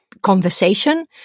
Conversation